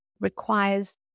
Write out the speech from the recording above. requires